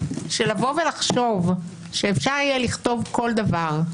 לבוא ולחשוב שאפשר יהיה לכתוב כל דבר,